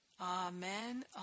Amen